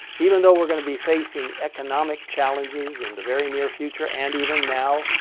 even though we're going to be facing economic challenges in the very near future, and even now,